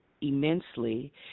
immensely